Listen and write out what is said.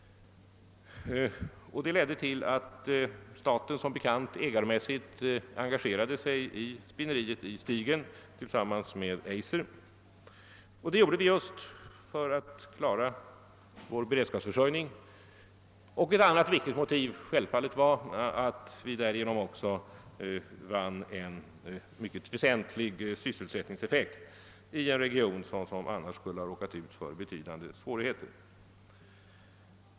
Den ledde som bekant till att staten ägarmässigt engagerade sig i spinneriet i Stigen tillsammans med Eiser. Det gjorde vi för att klara beredskapsförsörjningen. Ett annat viktigt motiv var självfallet att vi därigenom vann en väsentlig sysselsättningseffekt i en region som annars skulle ha råkat ut för betydande svårigheter.